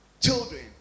children